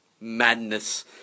madness